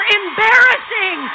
embarrassing